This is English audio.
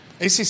ACC